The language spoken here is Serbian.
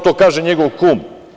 To kaže njegov kum.